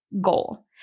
goal